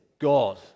God